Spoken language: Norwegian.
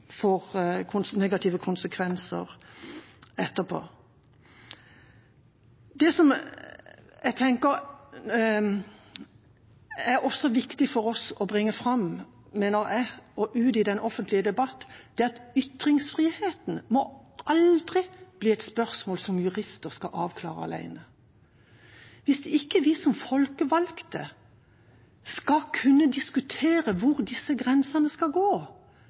får negative konsekvenser etterpå. Det jeg tenker også er viktig for oss å bringe fram og ut i den offentlige debatten, er at ytringsfriheten aldri må bli et spørsmål som jurister skal avklare alene. Hvis ikke vi som folkevalgte skal kunne diskutere hvor disse grensene skal gå